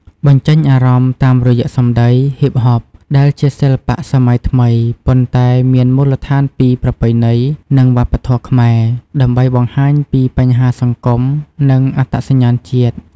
បញ្ចេញអារម្មណ៍ តាមរយៈតន្ត្រី ហ៊ីបហបដែលជាសិល្បៈសម័យថ្មី ប៉ុន្តែមានមូលដ្ឋានពីប្រពៃណី និងវប្បធម៌ខ្មែរ ដើម្បីបង្ហាញពីបញ្ហាសង្គម និងអត្តសញ្ញាណជាតិ។